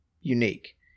unique